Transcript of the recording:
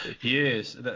Yes